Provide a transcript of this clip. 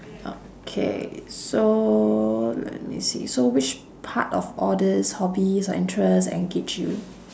okay so let me see so which part of all these hobbies or interest engage you